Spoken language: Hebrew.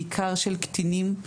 בעיקר של קטינים,